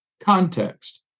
context